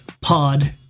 pod